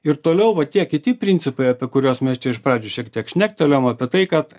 ir toliau va tie kiti principai apie kuriuos mes čia iš pradžių šiek tiek šnektelėjom apie tai kad